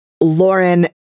Lauren